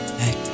hey